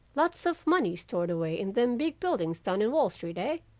lots of money stored away in them big buildings down in wall street, ah